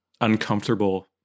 uncomfortable